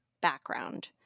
background